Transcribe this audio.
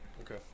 Okay